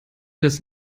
das